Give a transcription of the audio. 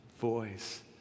voice